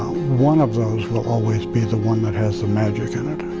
one of those will always be the one that has the magic in it.